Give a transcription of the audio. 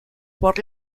por